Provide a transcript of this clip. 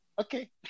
Okay